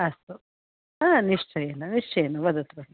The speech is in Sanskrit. अस्तु हा निश्चयेन निश्चयेन वदतु